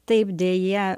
taip deja